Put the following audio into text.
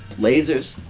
lasers.